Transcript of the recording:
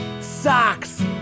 Socks